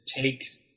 takes